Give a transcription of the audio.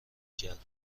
کرد